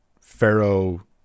Pharaoh